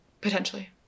Potentially